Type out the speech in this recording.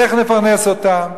איך נפרנס אותם?